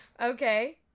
Okay